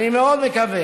אני מאוד מקווה